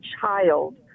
child